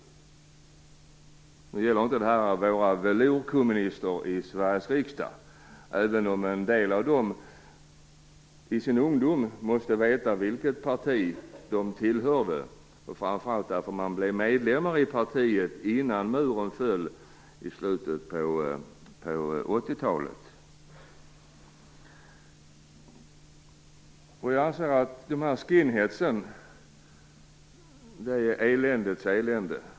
Nu gäller inte detta våra velourkommunister i Sveriges riksdag även om en del av dem måste veta vilket parti de tillhörde i sin ungdom, framför allt om man blev medlem i partiet innan muren föll i slutet av Jag anser att skinheads är eländets elände.